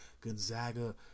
Gonzaga